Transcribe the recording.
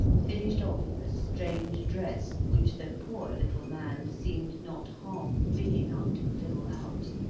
finished off the strange dress which the poor little man seemed not half big enough to fill out,